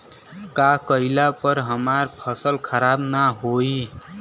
का कइला पर हमार फसल खराब ना होयी?